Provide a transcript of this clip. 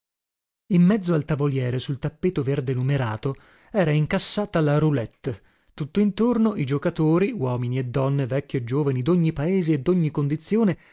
in mezzo al tavoliere sul tappeto verde numerato era incassata la roulette tuttintorno i giocatori uomini e donne vecchi e giovani dogni paese e dogni condizione